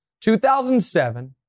2007